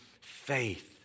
faith